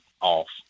off